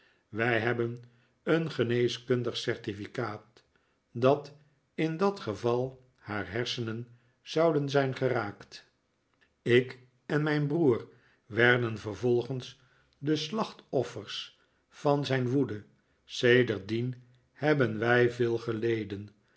wij hebben een geneeskundig certificaat dat in dat geval haar hersenen zouden zijn geraakt ik en mijn broer werderi vervolgens de slachtoffers van zijn woede sedertdien hebben wij veel geleden